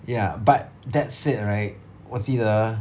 ya but that said right 我记得